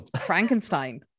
frankenstein